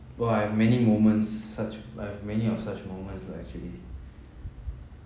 !wah! I've many moments such I've many of such moments lah actually